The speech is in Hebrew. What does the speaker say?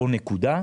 או נקודה.